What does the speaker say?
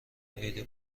عید